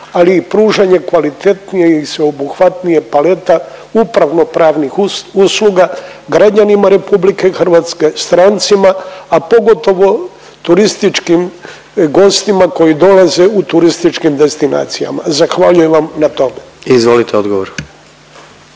ali i pružanje kvalitetnije i sveobuhvatnije paleta upravno-pravnih usluga građanima RH, strancima, a pogotovo turističkim gostima koji dolaze u turističkim destinacijama. Zahvaljujem vam na tome. **Jandroković,